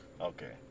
Okay